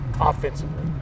offensively